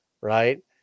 Right